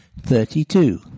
Thirty-two